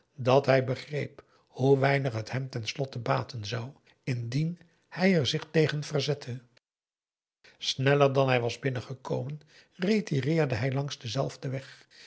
dat hij begreep hoe weinig t hem ten slotte baten zou indien hij er zich tegen verzette sneller dan hij was binnengekomen retireerde hij langs denzelfden weg